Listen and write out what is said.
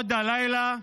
עוד הלילה,